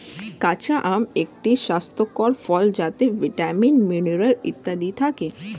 কাঁচা আম একটি স্বাস্থ্যকর ফল যাতে ভিটামিন, মিনারেল ইত্যাদি থাকে